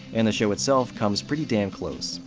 and the show itself comes pretty damn close.